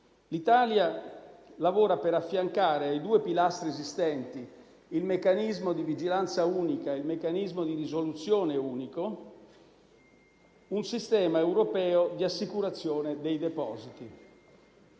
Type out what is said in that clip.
L'Italia lavora per affiancare ai due pilastri esistenti, il meccanismo di vigilanza unico e il meccanismo di risoluzione unico, un sistema europeo di assicurazione dei depositi.